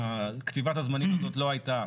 כתיבת הזמנים הזאת לא היתה